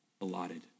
allotted